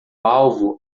alvo